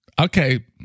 Okay